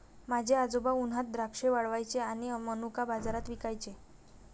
माझे आजोबा उन्हात द्राक्षे वाळवायचे आणि मनुका बाजारात विकायचे